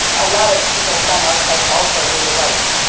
a lot of people from our site also really like.